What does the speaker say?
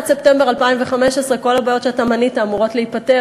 עד ספטמבר 2015 כל הבעיות שאתה מנית אמורות להיפתר